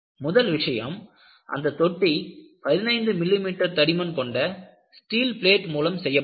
முதல் விஷயம் அந்த தொட்டி 15 மில்லி மீட்டர் தடிமன் கொண்ட ஸ்டீல் பிளேட் மூலம் செய்யப்பட்டது